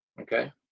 Okay